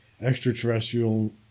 extraterrestrial